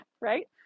right